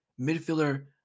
Midfielder